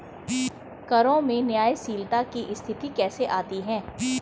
करों में न्यायशीलता की स्थिति कैसे आती है?